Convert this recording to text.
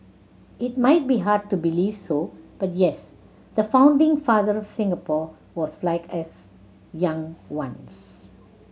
it might be hard to believe so but yes the founding father Singapore was like us young once